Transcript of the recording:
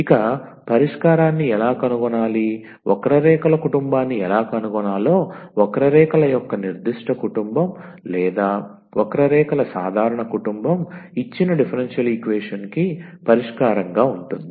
ఇక పరిష్కారాన్ని ఎలా కనుగొనాలి వక్రరేఖల కుటుంబాన్ని ఎలా కనుగొనాలో వక్రరేఖల యొక్క నిర్దిష్ట కుటుంబం లేదా వక్రరేఖల సాధారణ కుటుంబం ఇచ్చిన డిఫరెన్షియల్ ఈక్వేషన్ కి పరిష్కారంగా ఉంటుంది